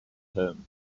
home